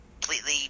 completely